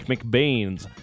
McBain's